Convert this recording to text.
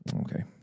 Okay